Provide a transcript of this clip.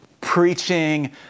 preaching